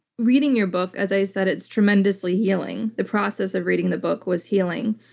reading your book, as i said, it's tremendously healing. the process of reading the book was healing.